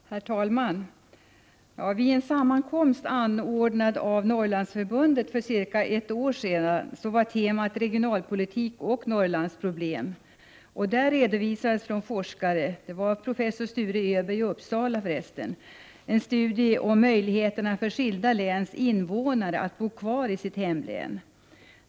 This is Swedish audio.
Herr talman! Temat för en sammankomst anordnad av Norrlandsförbundet för cirka ett år sedan var regionalpolitik och Norrlandsproblem. Då redovisades från forskarhåll — jag kan nämna professor Sture Öberg från Uppsala — en studie beträffande möjligheterna för invånare i skilda län att bo kvar i hemlänet.